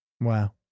Wow